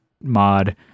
mod